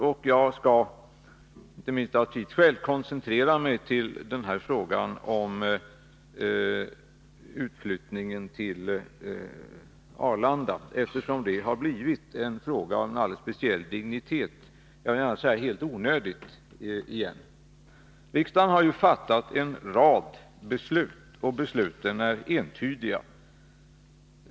Jag skall i stället, inte minst av tidsskäl, koncentrera mig på frågan om utflyttningen till Arlanda, eftersom den frågan återigen har fått en alldeles speciell dignitet — helt onödigt, vill jag gärna framhålla. Riksdagen har ju fattat en rad beslut, och besluten är entydiga.